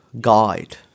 guide